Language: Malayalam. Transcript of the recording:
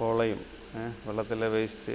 പോളയും വെള്ളത്തിലെ വേസ്റ്റ്